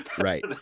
Right